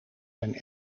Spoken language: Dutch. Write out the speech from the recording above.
zijn